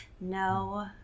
No